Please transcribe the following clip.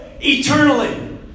eternally